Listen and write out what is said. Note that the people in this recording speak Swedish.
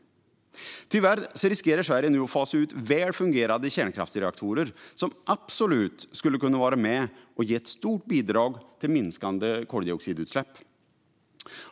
Tyvärr riskerar Sverige nu att fasa ut väl fungerande kärnkraftsreaktorer som absolut skulle kunna vara med och ge ett stort bidrag till minskade koldioxidutsläpp.